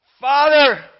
Father